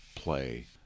play